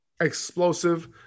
explosive